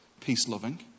peace-loving